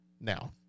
now